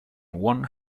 one